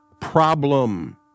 problem